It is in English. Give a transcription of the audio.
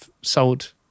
sold